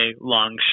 long